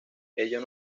ello